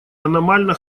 аномально